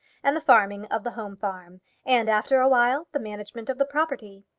and the farming of the home farm and after a while, the management of the property.